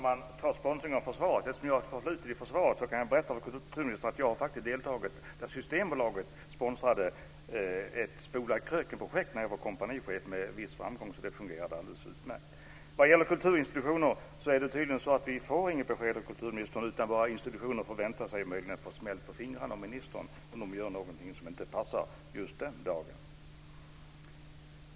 Herr talman! Eftersom jag har ett förflutet i försvaret kan jag berätta för kulturministern att när jag var kompanichef deltog jag faktiskt när Systembolaget sponsrade ett Spola kröken-projekt med viss framgång. Det fungerade alldeles utmärkt. När det gäller kulturinstitutionerna är det tydligen så att vi inte får något besked av kulturministern. Våra institutioner kan möjligen vänta sig att få smäll på fingrarna av ministern om de gör någonting som inte passar just den dagen.